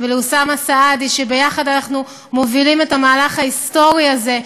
ואוסאמה סעדי שיחד אנחנו מובילים את המהלך ההיסטורי הזה,